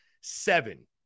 seven